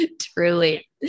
truly